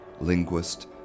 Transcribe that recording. linguist